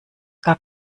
gar